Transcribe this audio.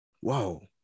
Whoa